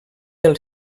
del